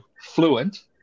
fluent